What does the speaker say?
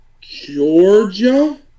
Georgia